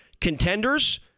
Contenders